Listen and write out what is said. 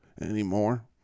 anymore